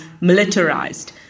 militarized